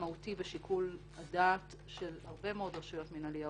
מהותי בשיקול הדעת של הרבה מאוד רשויות מנהליות.